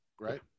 right